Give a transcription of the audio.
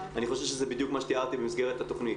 הדבר הכי קל,